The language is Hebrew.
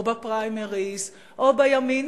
בפריימריס או בימין,